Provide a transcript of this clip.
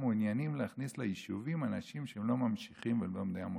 מעוניינים להכניס ליישובים אנשים שהם לא ממשיכים ולא בני המושב.